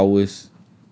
what not ours